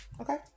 Okay